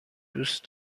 دوست